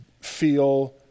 feel